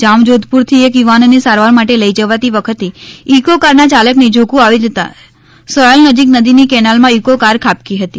જામજોધપુર થી એક યુવાનને સારવાર માટે લઈ જવાતી વખતે ઇકો કારના ચાલકને ઝોકુ આવી જતા સોયલ નજીક નદીની કેનાલ માં ઇકો કાર ખાબકી હતી